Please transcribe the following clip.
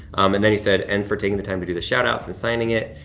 um and then he said, and for taking the time to do the shout-outs, and singing it.